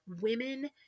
women